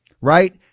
right